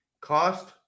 Cost